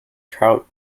trout